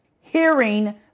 hearing